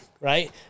Right